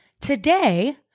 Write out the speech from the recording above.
today